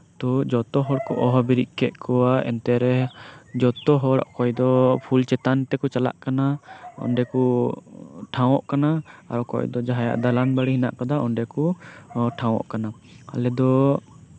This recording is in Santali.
ᱛᱚ ᱡᱚᱛᱚ ᱦᱚᱲᱠᱚ ᱦᱚᱦᱚ ᱵᱤᱨᱤᱫ ᱠᱮᱫ ᱠᱚᱣᱟ ᱮᱱᱛᱮᱨᱮ ᱡᱚᱛᱚ ᱦᱚᱲ ᱚᱠᱚᱭ ᱫᱚ ᱯᱷᱩᱞᱪᱮᱛᱟᱱ ᱛᱮᱠᱚ ᱪᱟᱞᱟᱜ ᱠᱟᱱᱟ ᱚᱸᱰᱮᱠᱚ ᱴᱷᱟᱶᱚᱜ ᱠᱟᱱᱟ ᱟᱨ ᱚᱠᱚᱭ ᱫᱚ ᱡᱟᱦᱟᱸᱭᱟᱜ ᱫᱟᱞᱟᱱ ᱵᱟᱲᱤ ᱦᱮᱱᱟᱜ ᱟᱠᱟᱫᱟ ᱚᱸᱰᱮᱠᱚ ᱴᱷᱟᱶᱚᱜ ᱠᱟᱱᱟ ᱟᱞᱮᱫᱚ